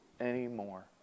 anymore